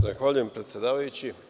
Zahvaljujem predsedavajući.